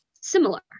similar